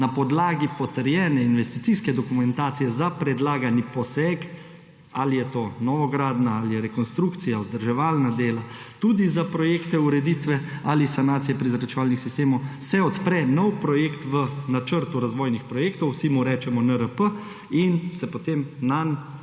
Na podlagi potrjene investicijske dokumentacije za predlagani poseg − ali je to novogradnja ali je rekonstrukcija, vzdrževalna dela, tudi za projekte ureditve ali sanacije prezračevalnih sistemov − se odpre nov projekt v načrtu razvojnih projektov, vsi mu rečemo NRP, in se potem nanj